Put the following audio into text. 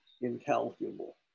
incalculable